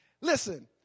Listen